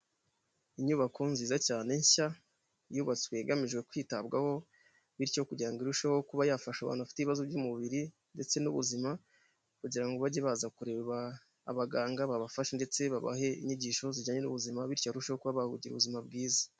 Inyubako nziza cyane nshya yubatswe igamije kwitabwaho bityo kugira ngo irusheho kuba yafasha abantu bafite ibibazo by'umubiri ndetse n'ubuzima kugira ngo bajye baza kureba abaganga babafashe ndetse babahe inyigisho zijyanye n'ubuzima bityo barusheho kuba bagira ubuzima bwiza.